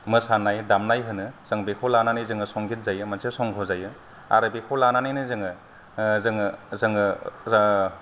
मोसानाय दामनाय होनो जों बेखौ लानानै जोङो संगीत जायो मोनसे संघ' जायो आरो बेखौ लानानैनो जोङो आह जोङो जोङो पुरा